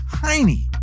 tiny